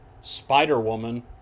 Spider-Woman